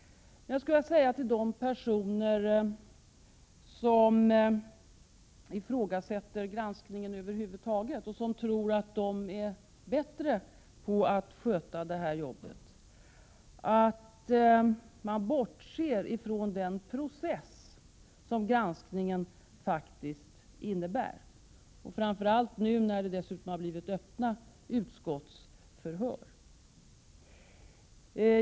Jag skall säga till de personer som ifrågasätter granskningen över huvud taget och som tror att de är bättre på att sköta den själva att de bortser ifrån den process som granskningen faktiskt innebär, framför allt nu när utskottsförhören dessutom blivit öppna.